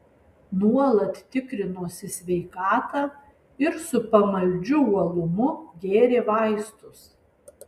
nuolat tikrinosi sveikatą ir su pamaldžiu uolumu gėrė vaistus